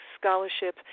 scholarship